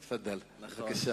תפאדל, בבקשה.